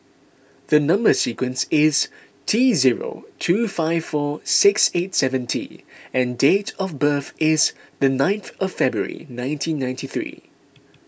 the Number Sequence is T zero two five four six eight seven T and date of birth is the ninth of February nineteen ninety three